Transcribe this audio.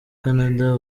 canada